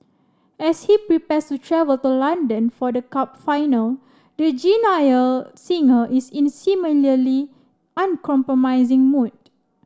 as he prepares to travel to London for the cup final the genial singer is in similarly uncompromising mood